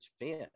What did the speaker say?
fan